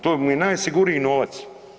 To im je najsigurniji novac.